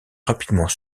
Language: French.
rapidement